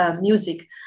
music